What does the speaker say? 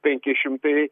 penki šimtai